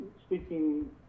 Speaking